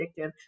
addictive